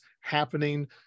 happening